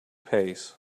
pace